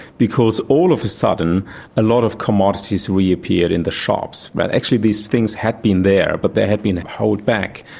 because all of a sudden a lot of commodities reappeared in the shops. but actually these things had been there but they had been held back,